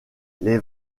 les